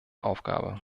aufgabe